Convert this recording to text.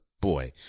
boy